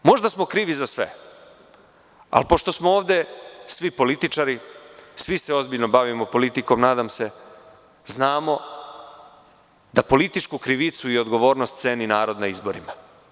Možda smo krivi za sve, ali pošto smo ovde svi političari, svi se ozbiljno bavimo politikom, nadam se, znamo da političku krivicu i odgovornost ceni narod na izborima.